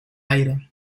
aire